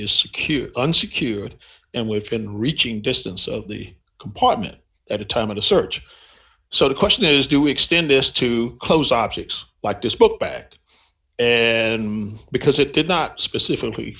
secure and secured and we've been reaching distance of the compartment at a time of the search so the question is do we extend this to close objects like this book bag and because it did not specifically